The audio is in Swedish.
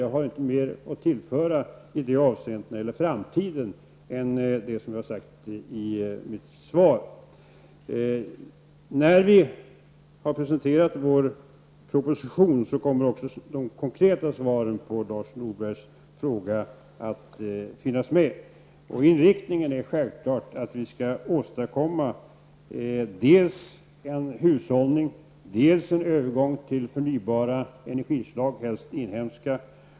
Jag har inte mer att tillföra i det avseendet när det gäller framtiden än det som jag har sagt i mitt svar. När vi har presenterat vår proposition, kommer också de konkreta svaren på Lars Norbergs frågor att finnas med. Inriktningen är självklart att vi skall åstadkomma dels en hushållning, dels en övergång till förnybara energislag, helst inhemska.